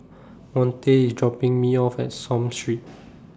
Monte IS dropping Me off At Somme Road